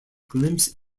glimpse